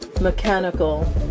mechanical